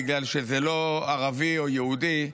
בגלל שזה לא ערבי או יהודי,